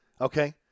okay